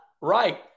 Right